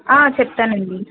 చెప్తానండి